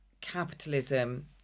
capitalism